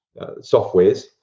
softwares